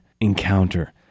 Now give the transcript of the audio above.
encounter